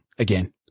Again